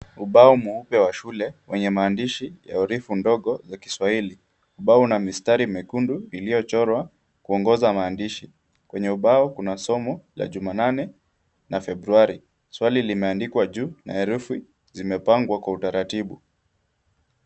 Ubao mweupe wa shule wenye maandishi ya herufi ndogo za Kiswahili. Ubao una mistari mekundu iliyochorwa kuongoza maandishi. Kwenye ubao kuna somo la Jumanane na Februari. Swali limeandikwa juu kwa herufi zilizopangwa kwa utaratibu.